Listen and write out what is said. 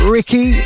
Ricky